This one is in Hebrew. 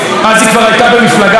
חברת הכנסת פדידה,